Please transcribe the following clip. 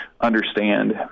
understand –